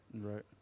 Right